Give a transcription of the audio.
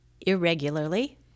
irregularly